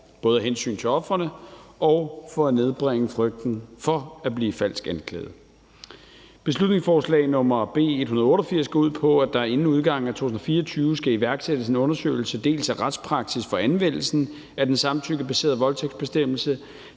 både af hensyn til ofrene og for at nedbringe frygten for at blive falsk anklaget. Beslutningsforslag B 188 går ud på, at der inden udgangen af 2024 skal iværksættes en undersøgelse dels af retspraksis for anvendelsen af den samtykkebaserede voldtægtsbestemmelse,